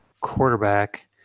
quarterback